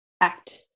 act